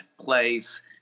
place